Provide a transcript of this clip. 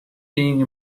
being